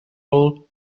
all